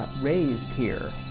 raised here